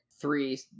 three